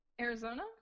Arizona